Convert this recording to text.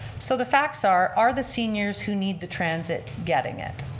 so the facts are are the seniors who need the transit getting it?